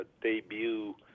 debut